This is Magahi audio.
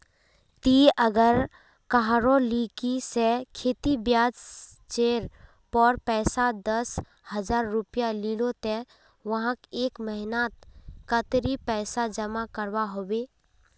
ती अगर कहारो लिकी से खेती ब्याज जेर पोर पैसा दस हजार रुपया लिलो ते वाहक एक महीना नात कतेरी पैसा जमा करवा होबे बे?